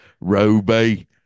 Roby